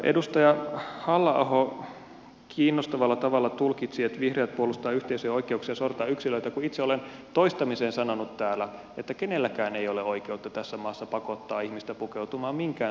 edustaja halla aho kiinnostavalla tavalla tulkitsi että vihreät puolustavat yhteisöjen oikeuksia sortaa yksilöitä kun itse olen toistamiseen sanonut täällä että kenelläkään ei ole oikeutta tässä maassa pakottaa ihmistä pukeutumaan minkään sortin asuun